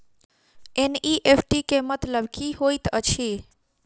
NEFT केँ मतलब की होइत अछि?